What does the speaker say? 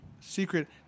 Secret